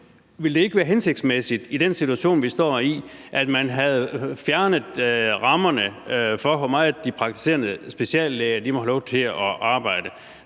Ville det ikke være hensigtsmæssigt i den situation, vi står i, at man fjernede rammerne for, hvor meget de praktiserende speciallæger må have lov til at arbejde?